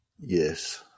Yes